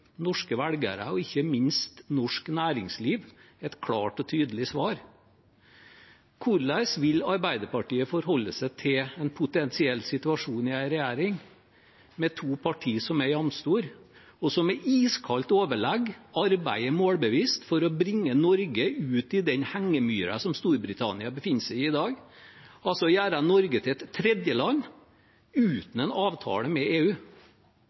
norske velgere og ikke minst norsk næringsliv et klart og tydelig svar: Hvordan vil Arbeiderpartiet forholde seg til en potensiell situasjon i en regjering med to partier som er jamstore, og som med iskaldt overlegg arbeider målbevisst for å bringe Norge ut i den hengemyra som Storbritannia befinner seg i i dag, altså gjøre Norge til et tredjeland uten en avtale med EU?